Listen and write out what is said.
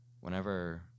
whenever